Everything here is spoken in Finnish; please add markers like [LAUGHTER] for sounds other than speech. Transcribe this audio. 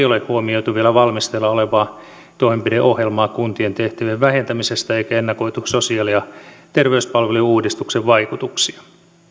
[UNINTELLIGIBLE] ole huomioitu vielä valmisteilla olevaa toimenpideohjelmaa kuntien tehtävien vähentämisestä eikä ennakoitu sosiaali ja terveyspalvelujen uudistuksen vaikutuksia